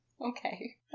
okay